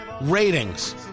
ratings